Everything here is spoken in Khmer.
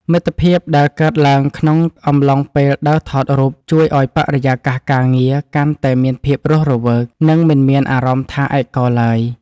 មិត្តភាពដែលកើតឡើងក្នុងអំឡុងពេលដើរថតរូបជួយឱ្យបរិយាកាសការងារកាន់តែមានភាពរស់រវើក និង មិនមានអារម្មណ៍ថាឯកោឡើយ។